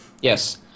Yes